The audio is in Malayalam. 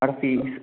അവിടെ ഫീസ്